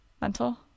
Mental